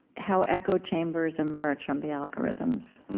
how echo chambers emerge from the algorithms.